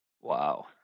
Wow